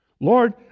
Lord